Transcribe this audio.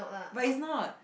but is not